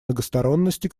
многосторонности